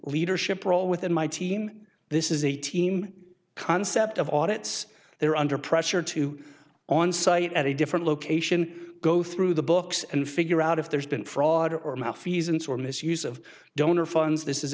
leadership role within my team this is a team concept of audit's they're under pressure to on site at a different location go through the books and figure out if there's been fraud or malfeasance or misuse of donor funds this is